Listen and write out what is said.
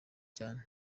cyane